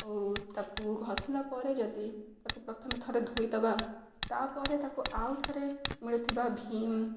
ଆଉ ତାକୁ ଘସିଲା ପରେ ଯଦି ତାକୁ ପ୍ରଥମେ ଥରେ ଧୋଇଦବା ତା'ପରେ ତାକୁ ଆଉ ଥରେ ମିଳୁଥିବା ଭୀମ୍